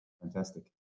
fantastic